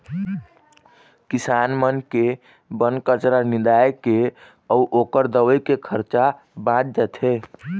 किसान मन के बन कचरा निंदाए के अउ ओखर दवई के खरचा बाच जाथे